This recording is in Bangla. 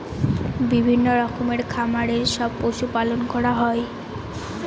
বিভিন্ন রকমের খামারে সব পশু পালন করা হয়